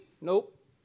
Nope